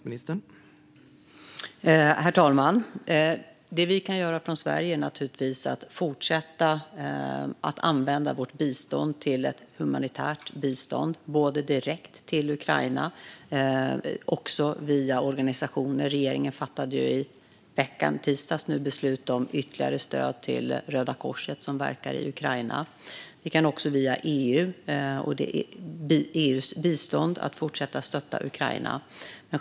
Herr talman! Det vi kan göra från Sverige är naturligtvis att fortsätta att använda vårt bistånd till ett humanitärt bistånd, både direkt till Ukraina och via organisationer. Regeringen fattade i tisdags beslut om ytterligare stöd till Röda Korset, som verkar i Ukraina. Vi kan också fortsätta att stötta Ukraina via EU:s bistånd.